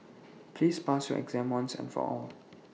please pass your exam once and for all